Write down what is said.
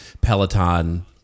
Peloton